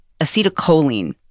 acetylcholine